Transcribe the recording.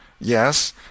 Yes